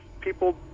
people